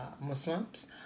muslims